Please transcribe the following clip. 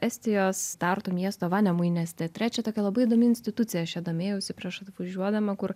estijos tartu miesto vanemuinės teatre čia tokia labai įdomi institucija aš ja domėjausi prieš atvažiuodama kur